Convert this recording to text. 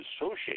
associate